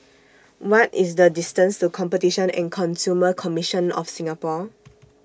What IS The distance to Competition and Consumer Commission of Singapore